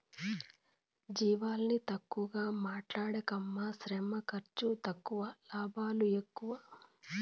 జీవాలని తక్కువగా మాట్లాడకమ్మీ శ్రమ ఖర్సు తక్కువ లాభాలు ఎక్కువ